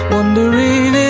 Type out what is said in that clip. Wondering